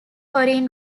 foreign